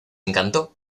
encantó